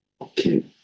okay